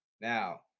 Now